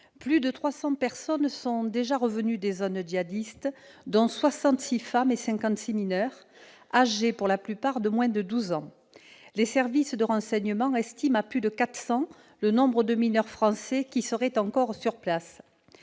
Plus de 300 personnes sont déjà revenues des zones djihadistes, dont 66 femmes et 56 mineurs, âgés pour la plupart de moins de 12 ans. Les services de renseignement estiment à plus de 400 le nombre de mineurs français qui seraient encore sur place.